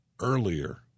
earlier